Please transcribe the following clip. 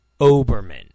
Oberman